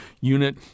unit